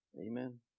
Amen